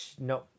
No